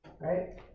Right